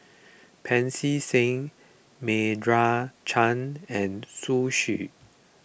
Pancy Seng Meira Chand and Zhu Xu